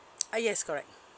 ah yes correct